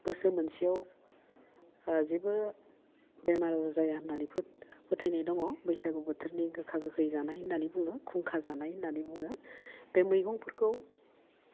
बोसो मोनसेआव जेबो बेमार आजार जाया होननानै फोथ फोथायनाइ दङ बैसागु बोथोरनि गोखा गोखै जानाय होननानै बुङो खुंखा जानाय होननानै बुङो बे मैगंफोरखौ